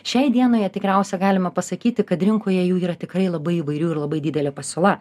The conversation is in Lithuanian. šiai dienoje tikriausia galima pasakyti kad rinkoje jų yra tikrai labai įvairių ir labai didelė pasiūla